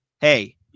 Hey